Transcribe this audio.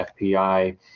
FPI